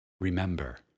remember